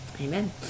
Amen